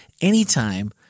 anytime